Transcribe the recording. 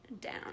down